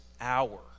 hour